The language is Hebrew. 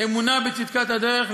אמונה בצדקת הדרך,